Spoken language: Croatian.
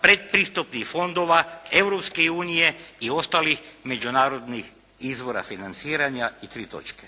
predpristupnih fondova Europske unije i ostalih međunarodnih izvora financija i tri točke.